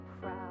proud